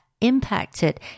impacted